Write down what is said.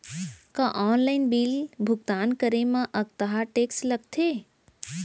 का online bill भुगतान करे मा अक्तहा टेक्स लगथे?